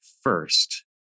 first